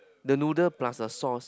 the noodle plus a sauce